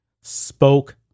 spoke